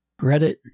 reddit